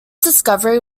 discovery